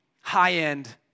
high-end